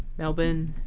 melbourne,